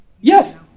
Yes